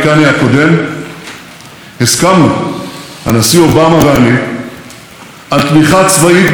על תמיכה צבאית בישראל לעשור הקרוב בסך 38 מיליארד דולר.